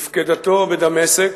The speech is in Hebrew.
מפקדתו בדמשק,